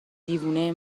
دیوونه